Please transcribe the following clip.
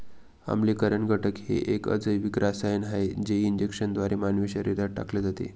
आम्लीकरण घटक हे एक अजैविक रसायन आहे जे इंजेक्शनद्वारे मानवी शरीरात टाकले जाते